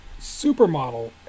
supermodel